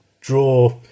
draw